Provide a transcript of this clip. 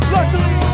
Luckily